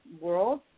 world